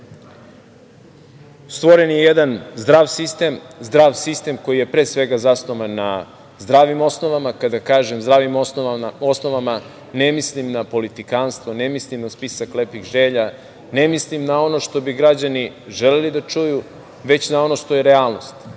stvoren je jedan zdrav sistem koji je pre svega zasnovan na zdravim osnovama. Kada kažem zdravim osnovama, ne mislim na politikanstvo, ne mislim na spisak lepih želja, ne mislim na ono što bi građani želeli da čuju, već na ono što je realnost,